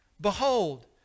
Behold